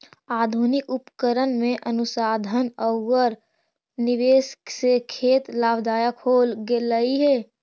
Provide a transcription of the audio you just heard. आधुनिक उपकरण में अनुसंधान औउर निवेश से खेत लाभदायक हो गेलई हे